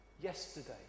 yesterday